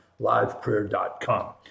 liveprayer.com